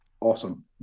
awesome